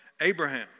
Abraham